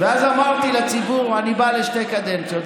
אז אמרתי לציבור שאני בא לשתי קדנציות,